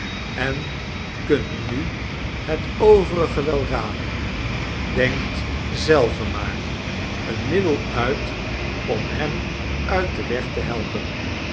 en kunt nu het overige wel raden denkt zelve maar een middel uit om hem uit den weg te helpen